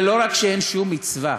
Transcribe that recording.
ולא רק שאין שום מצווה,